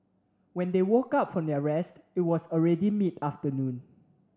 when they woke up from their rest it was already mid afternoon